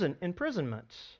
imprisonment